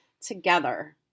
together